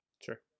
sure